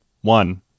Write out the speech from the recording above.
one